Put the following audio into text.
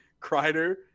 Kreider